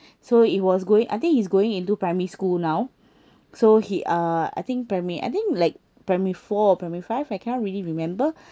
so it was going I think he's going into primary school now so he uh I think primary I think like primary four or primary five I cannot really remember